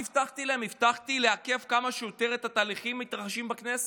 הבטחתי לעכב כמה שיותר את התהליכים המתרחשים בכנסת.